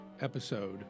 episode